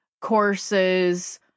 courses